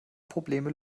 probleme